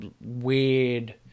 weird